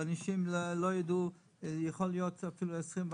יכול להיות אפילו 24,